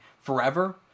Forever